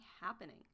happening